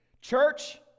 Church